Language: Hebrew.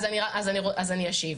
אני אשיב.